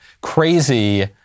crazy